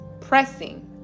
pressing